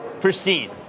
pristine